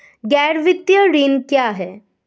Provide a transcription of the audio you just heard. गैर वित्तीय ऋण क्या है?